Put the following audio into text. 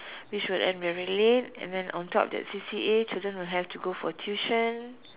which would end very late and then on top that C_C_A children have to go for tuition